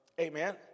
Amen